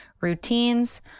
routines